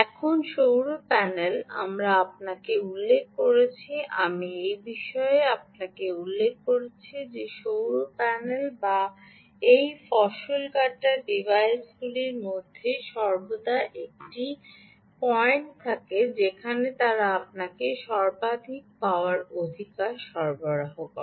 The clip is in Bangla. এখন সৌর প্যানেল আমরা আপনাকে উল্লেখ করেছি আমি এই বিষয়ে আপনাকে উল্লেখ করেছি যে সৌর প্যানেল বা এই ফসল কাটার ডিভাইসগুলির মধ্যে সর্বদা একটি পয়েন্ট থাকে যেখানে তারা আপনাকে সর্বাধিক শক্তির অধিকার সরবরাহ করে